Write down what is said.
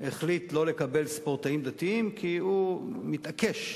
החליט שלא לקבל ספורטאים דתיים כי הוא מתעקש,